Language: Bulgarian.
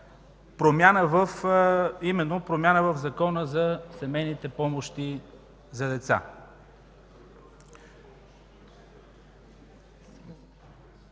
изменение в Закона за семейните помощи за деца.